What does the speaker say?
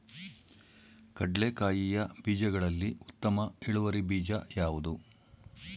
ಕಡ್ಲೆಕಾಯಿಯ ಬೀಜಗಳಲ್ಲಿ ಉತ್ತಮ ಇಳುವರಿ ಬೀಜ ಯಾವುದು?